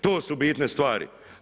To su bitne stvari.